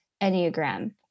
Enneagram